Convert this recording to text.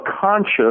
conscious